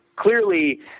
Clearly